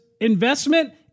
investment